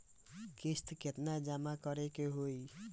किस्त केतना जमा करे के होई?